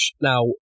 Now